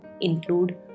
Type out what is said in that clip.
include